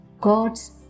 God's